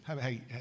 hey